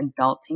adulting